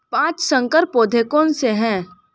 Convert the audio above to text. पाँच संकर पौधे कौन से हैं?